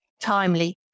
timely